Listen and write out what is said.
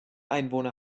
einwohner